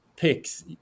picks